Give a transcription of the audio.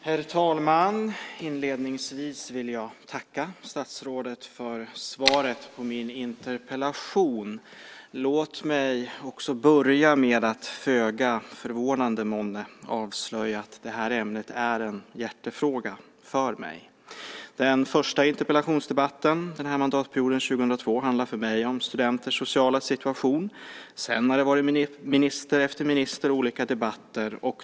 Herr talman! Inledningsvis vill jag tacka statsrådet för svaret på min interpellation. Låt mig också börja med att, föga förvånande månne, avslöja att det här ämnet är en hjärtefråga för mig. Den första interpellationsdebatten den här mandatperioden, 2002, handlade för mig om studenters sociala situation. Sedan har det varit minister efter minister och olika debatter.